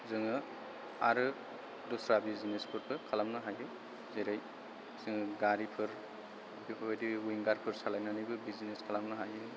जों आरो दस्रा बिजिनेसफोरबो खालामनो हायो जेरै जों गारिफोर बेफोरबायदि उइंगारफोर सालायनानैबो बिजिनेस खालामनो हायो